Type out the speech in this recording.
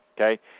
Okay